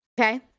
okay